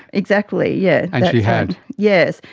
exactly, yes. and she had. yes,